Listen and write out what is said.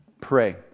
pray